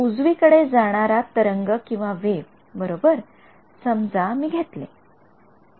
उजवी कडे जाणारा तरंगवेव्ह बरोबर समजा मी घेतले